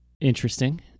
interesting